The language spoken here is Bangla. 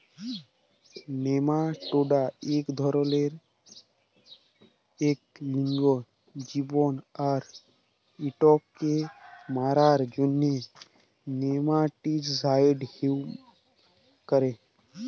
নেমাটোডা ইক ধরলের ইক লিঙ্গ জীব আর ইটকে মারার জ্যনহে নেমাটিসাইড ইউজ ক্যরে